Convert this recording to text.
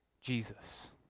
Jesus